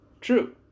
True